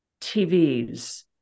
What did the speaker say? TVs